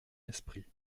esprit